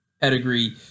pedigree